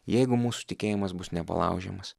jeigu mūsų tikėjimas bus nepalaužiamas